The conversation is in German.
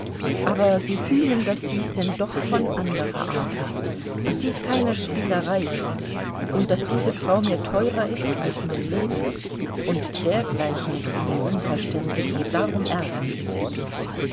aber sie fühlen daß dies denn doch von anderer art ist daß dies keine spielerei ist und daß diese frau mir teuerer ist als mein leben und dergleichen ist ihnen unverständlich und darum ärgern sie sich